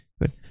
Good